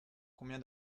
combien